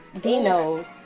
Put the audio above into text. Dino's